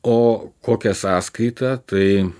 o kokia sąskaita tai